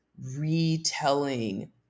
retelling